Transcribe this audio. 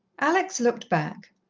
alex looked back.